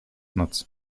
nocy